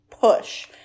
Push